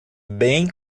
bem